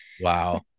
Wow